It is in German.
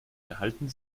erhalten